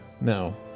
No